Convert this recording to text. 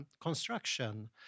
construction